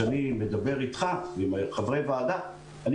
כשאני מדבר איתך ועם חברי הוועדה אני